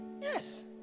Yes